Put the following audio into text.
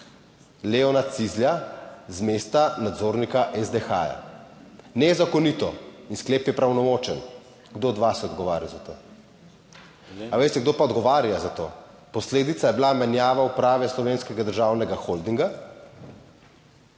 Leona Cizlja z mesta nadzornika SDH, nezakonito, in sklep je pravnomočen. Kdo od vas je odgovarjal za to? A veste kdo pa odgovarja za to? Posledica je bila menjava uprave Slovenskega državnega holdinga,